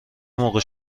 موقع